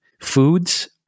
Foods